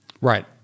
Right